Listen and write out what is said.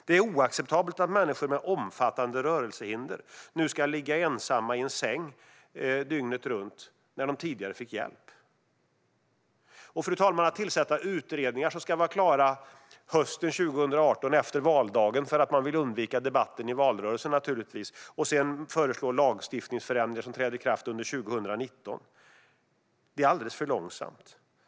Det är oacceptabelt att människor med omfattande rörelsehinder nu ska ligga ensamma i en säng dygnet runt när de tidigare fick hjälp. Fru talman! Regeringen tillsätter utredningar som ska vara klara hösten 2018, efter valdagen, naturligtvis för att man vill undvika debatten i valrörelsen. Man föreslår också lagstiftningsförändringar som träder i kraft under 2019. Det är alldeles för långsamt.